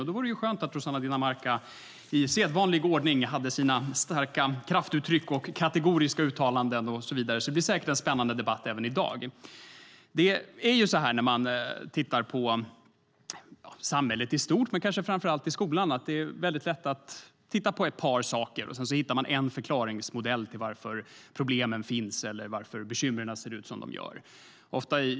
Därför var det skönt att Rossana Dinamarca i sedvanlig ordning kom med kraftfulla uttryck och kategoriska uttalanden. Det blir säkert en spännande debatt även i dag. När man ser på samhället i stort och kanske särskilt på skolan är det lätt att man inskränker sig till att titta på ett par saker och bestämmer sig för en förklaringsmodell till varför problem och bekymmer ser ut som de gör.